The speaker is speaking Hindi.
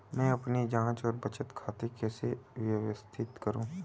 मैं अपनी जांच और बचत खाते कैसे व्यवस्थित करूँ?